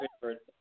favorite